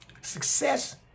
success